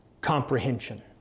comprehension